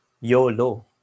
YOLO